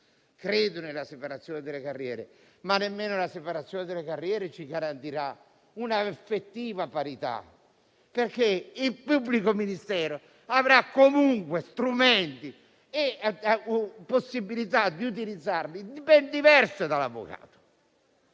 Credo nella separazione delle carriere, ma nemmeno questa ci garantirà un'effettiva parità, perché il pubblico ministero avrà comunque strumenti e possibilità di utilizzarli ben diversi dall'avvocato.